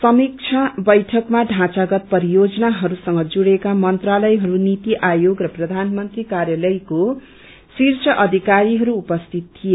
समीक्षा बैठकमा ढाँचागत परियोजनाहरूसँग जुडेका मन्त्रालयहरू नीति आयोग र प्रधानमन्त्री कार्यालयको शीर्ष अधिकारीहरू उपस्थित थिए